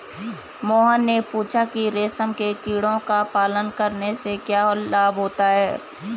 मोहन ने पूछा कि रेशम के कीड़ों का पालन करने से क्या लाभ होता है?